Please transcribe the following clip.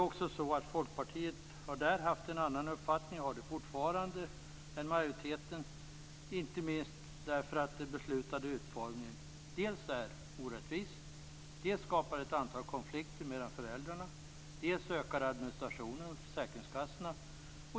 Folkpartiet har haft och har fortfarande en annan uppfattning än majoriteten, inte minst därför att den beslutade utformningen är orättvis, skapar ett antal konflikter mellan föräldrarna och ökar administrationen hos försäkringskassorna.